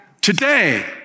today